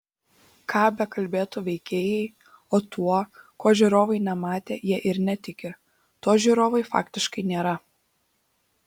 ką bekalbėtų veikėjai o tuo ko žiūrovai nematė jie ir netiki to žiūrovui faktiškai nėra